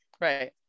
Right